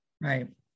Right